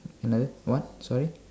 another what sorry